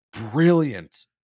brilliant